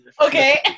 Okay